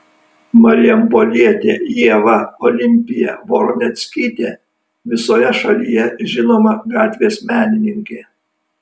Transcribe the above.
marijampolietė ieva olimpija voroneckytė visoje šalyje žinoma gatvės menininkė